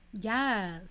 Yes